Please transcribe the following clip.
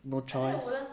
no choice